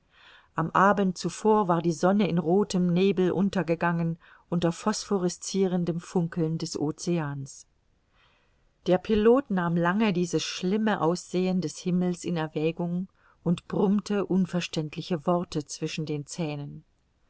am abend zuvor war die sonne in rothem nebel untergegangen unter phosphorescirendem funkeln des oceans der pilot nahm lange dieses schlimme aussehen des himmels in erwägung und brummte unverständliche worte zwischen den zähnen